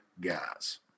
guys